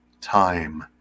time